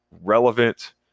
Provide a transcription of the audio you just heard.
relevant